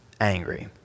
angry